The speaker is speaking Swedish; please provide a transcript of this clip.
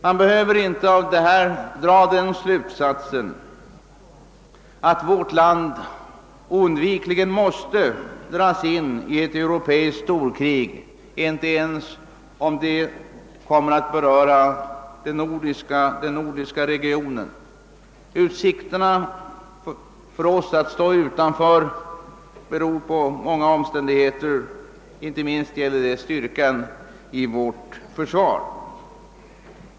Man behöver dock inte av detta sluta sig till att vårt land oundvikligen måste dras in i ett europeiskt storkrig ens om det berör den nordiska regionen. Utsikterna för oss att stå utanför beror på många omständigheter, inte minst på styrkan hos vårt försvar.